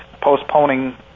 Postponing